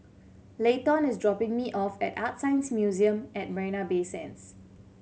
Leighton is dropping me off at ArtScience Museum at Marina Bay Sands